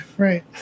Right